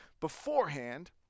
beforehand